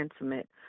intimate